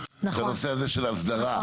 בנושא הזה של ההסדרה,